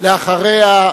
אחריה,